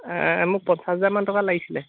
মোক পঞ্চাছ হাজাৰমান টকা লাগিছিলে